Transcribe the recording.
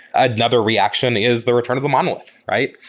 another reaction is the return of the monolith, right?